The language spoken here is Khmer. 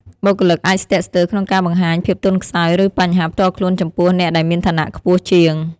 បុគ្គលិកអាចស្ទាក់ស្ទើរក្នុងការបង្ហាញភាពទន់ខ្សោយ ឬបញ្ហាផ្ទាល់ខ្លួនចំពោះអ្នកដែលមានឋានៈខ្ពស់ជាង។